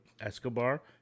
escobar